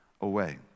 away